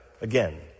again